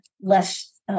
less